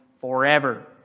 forever